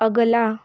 अगला